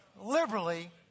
liberally